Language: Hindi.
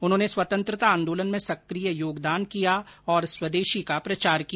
उन्होंने स्वतंत्रता आंदोलन में सक्रिय योगदान किया और स्वदेशी का प्रचार किया